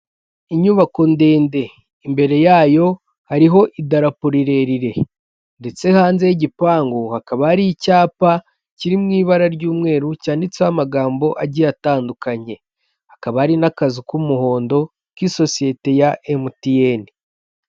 Inyubako ndende imbere yayo hariho idarapo rirerire ndetse hanze y'igipangu hakaba hari icyapa kiri mu ibara ry'umweru cyanditseho amagambo agiye atandukanye, hakaba hari n'akazu k'umuhondo k'isosiyete ya MTN.